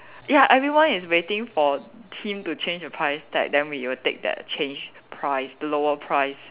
ya everyone is waiting for him to change the price tag then we will take changed price the lower price